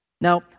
Now